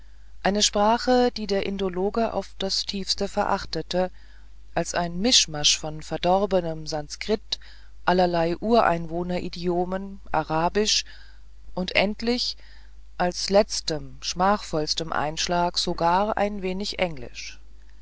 eine sprache die der indologe auf das tiefste verachtete als ein mischmasch von verdorbenem sanskrit allerlei ureinwohner idiomen arabisch und endlich als letztem schmachvollstem einschlag sogar ein wenig englisch